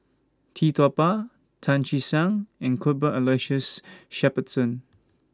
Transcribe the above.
Tee Tua Ba Tan Che Sang and Cuthbert Aloysius Shepherdson